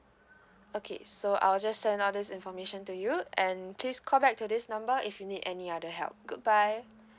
okay so I'll just send all these information to you and please call back to this number if you need any other help goodbye